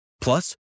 Plus